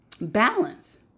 balance